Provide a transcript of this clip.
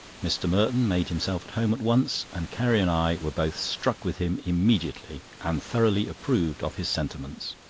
mr. merton made himself at home at once, and carrie and i were both struck with him immediately, and thoroughly approved of his sentiments.